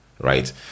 Right